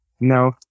no